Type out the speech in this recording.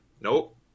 Nope